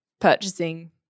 purchasing